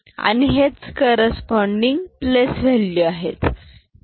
अणि हेच corresponding place value आहेत